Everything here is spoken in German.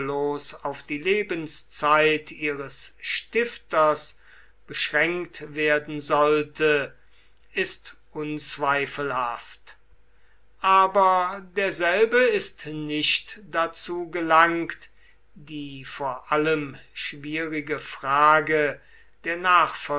auf die lebenszeit ihres stifters beschränkt bleiben sollte ist unzweifelhaft aber derselbe ist nicht dazu gelangt die vor allem schwierige frage